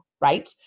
right